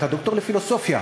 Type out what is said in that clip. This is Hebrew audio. אתה ד"ר לפילוסופיה.